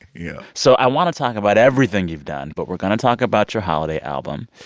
yeah so i want to talk about everything you've done, but we're going to talk about your holiday album.